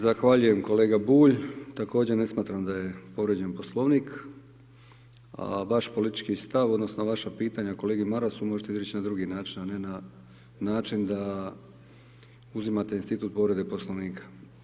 Zahvaljujem kolega Bulj, također ne smatram da je povrijeđen Poslovnik, a vaš politički stav odnosno vaša pitanja kolegi Marasu možete izreći na drugi način, a ne način da uzimate Institut povrede Poslovnika.